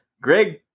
Greg